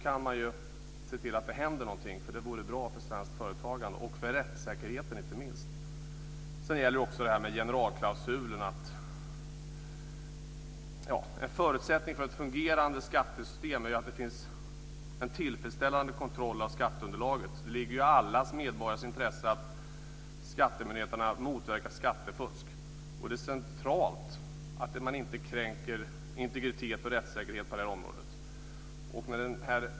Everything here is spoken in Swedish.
Man kan se till att det händer något. Det vore bra för svenskt företagande och inte minst för rättssäkerheten. Sedan gäller det också generalklausulen. En förutsättning för ett fungerande skattesystem är att det finns en tillfredsställande kontroll av skatteunderlaget. Det ligger i alla medborgares intresse att skattemyndigheterna motverkar skattefusk. Det är centralt att de inte kränker integritet och rättssäkerhet på området.